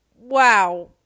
Wow